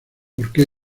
porque